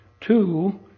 two